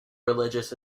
religious